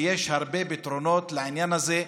ויש הרבה פתרונות לעניין הזה.